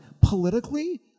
politically-